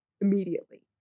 immediately